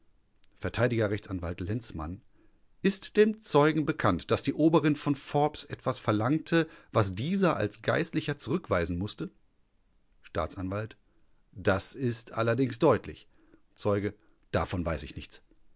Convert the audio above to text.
verteidiger rechtsanwalt lenzman ist dem zeugen bekannt daß die oberin von forbes etwas verlangte was dieser als geistlicher zurückweisen mußte staatsanwalt das ist allerdings deutlich zeuge davon weiß ich nichts